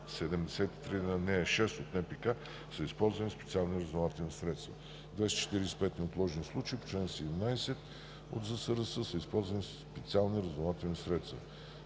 173, ал. 6 по НПК са използвани специални разузнавателни средства. В 245 неотложни случая по чл. 17 от ЗСРС са използвани специални разузнавателни средства.